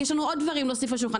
יש לנו עוד דברים להוסיף לשולחן,